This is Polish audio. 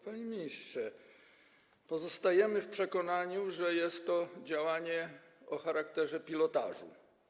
Panie ministrze, pozostajemy w przekonaniu, że jest to działanie o charakterze pilotażu.